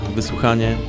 wysłuchanie